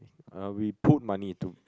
uh we put money to